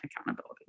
accountability